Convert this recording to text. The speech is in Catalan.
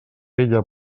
ella